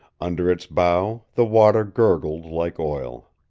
under its bow the water gurgled like oil.